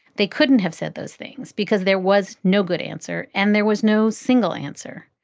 they couldn't have said those things because there was no good answer and there was no single answer.